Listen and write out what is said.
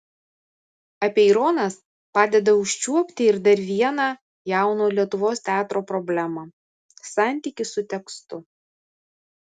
apeironas padeda užčiuopti ir dar vieną jauno lietuvos teatro problemą santykį su tekstu